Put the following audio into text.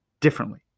differently